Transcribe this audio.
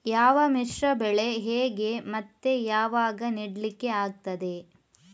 ಯಾವ ಮಿಶ್ರ ಬೆಳೆ ಹೇಗೆ ಮತ್ತೆ ಯಾವಾಗ ನೆಡ್ಲಿಕ್ಕೆ ಆಗ್ತದೆ?